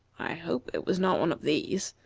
i hope it was not one of these.